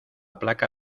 placa